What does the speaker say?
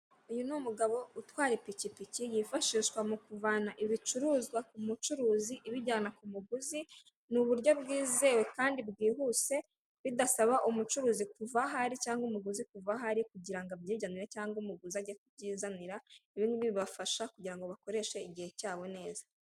Uyu ni umugabo utwaye ipikipiki yifashishwa mu kuvana ibicuruzwa ku mucuruzi ibijyana ku muguzi . Ni uburyo bwizewe kandi bwihuse bidasaba umucuruzi kuva aho ari kcyangwa umuguzi kuva aho kugira ngo byitwarira , cyangwa umuguzi ajye kubyizanira uyu niwe ubafasha kugira ngo bakoreshe igihe cyabo neza.